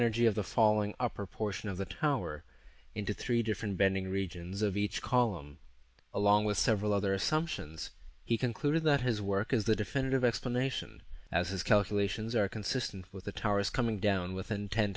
energy of the falling upper portion of the tower into three different bending regions of each column along with several other assumptions he concluded that his work is the definitive explanation as his calculations are consistent with the towers coming down within ten